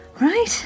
Right